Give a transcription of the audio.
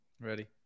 Ready